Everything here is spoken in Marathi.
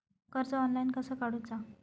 कर्ज ऑनलाइन कसा काडूचा?